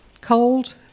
cold